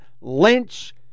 Lynch